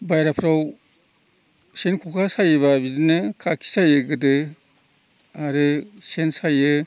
बाहेराफ्राव सेन खखा सायोब्ला बिदिनो खाखि सायो गोदो आरो सेन सायो